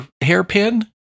hairpin